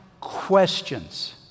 questions